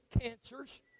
cancers